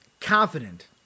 confident